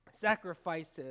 sacrifices